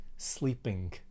sleeping